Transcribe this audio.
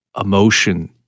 emotion